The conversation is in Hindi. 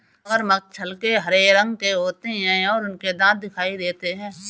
मगरमच्छ हल्के हरे रंग के होते हैं और उनके दांत दिखाई देते हैं